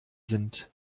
sind